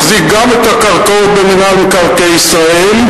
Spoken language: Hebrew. מחזיק גם את הקרקעות במינהל מקרקעי ישראל,